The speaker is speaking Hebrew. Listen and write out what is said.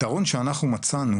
הפתרון שאנחנו מצאנו